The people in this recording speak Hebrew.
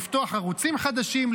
לפתוח ערוצים חדשים,